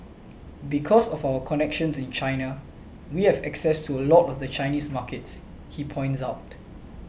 because of our connections in China we have access to a lot of the Chinese markets he points out